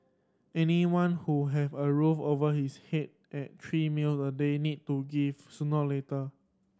anyone who have a roof over his head and three meal a day need to give sooner or later